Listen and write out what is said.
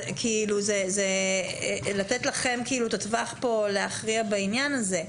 אז זה לתת לכם את הטווח להכריע בעניין הזה.